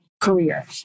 career